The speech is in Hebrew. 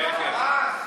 כן, כן.